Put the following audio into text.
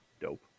Dope